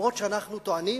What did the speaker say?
גם אם אנחנו טוענים,